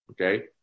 okay